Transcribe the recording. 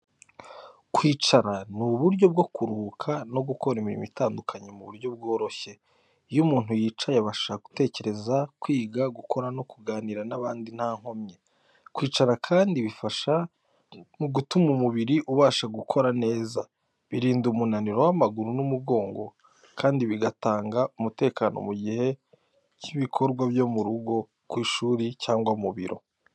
Kwicara ni uburyo bwo kuruhuka no gukora imirimo itandukanye mu buryo bworoshye. Iyo umuntu yicaye, abasha gutekereza, kwiga, gukora no kuganira n’abandi nta nkomyi. Kwicara kandi bifasha mu gutuma umubiri ubasha gukora neza, birinda umunaniro w’amaguru n’umugongo, kandi bigatanga umutekano mu gihe cy’ibikorwa byo mu rugo, ku ishuri cyangwa mu biro.